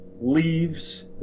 leaves